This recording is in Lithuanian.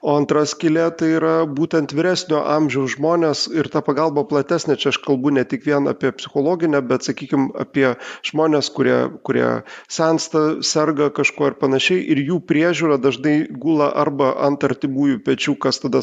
o antra skylė tai yra būtent vyresnio amžiaus žmonės ir ta pagalba platesnė čia aš kalbu ne tik vien apie psichologinę bet sakykim apie žmones kurie kurie sensta serga kažkuo ir panašiai ir jų priežiūra dažnai gula arba ant artimųjų pečių kas tada